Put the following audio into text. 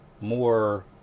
more